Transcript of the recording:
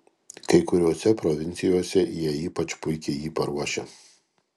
kai kuriose provincijose jie ypač puikiai jį paruošia